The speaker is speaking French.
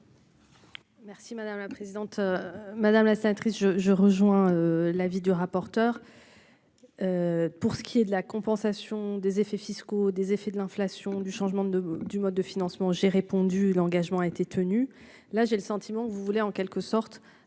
Merci madame la présidente, madame la sénatrice je je rejoins l'avis du rapporteur pour ce qui est de la compensation des effets fiscaux des effets de l'inflation du changement de de du mode de financement, j'ai répondu l'engagement a été tenu, là j'ai le sentiment que vous voulez, en quelque sorte